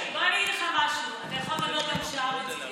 בוא אגיד לך משהו, אתה יכול לדבר גם שעה מצידי.